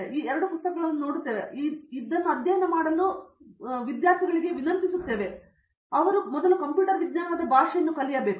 ಈ ಎರಡು ಪುಸ್ತಕಗಳನ್ನು ನೋಡುತ್ತೇವೆ ಮತ್ತು ಇದನ್ನು ಅಧ್ಯಯನ ಮಾಡಲು ನಾವು ಈಗ ಅವರನ್ನು ವಿನಂತಿಸುತ್ತೇವೆ ಕಂಪ್ಯೂಟರ್ ವಿಜ್ಞಾನದ ಈ ಭಾಷೆ ಬರಬೇಕು